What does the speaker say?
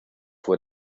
fue